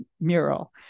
Mural